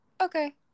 okay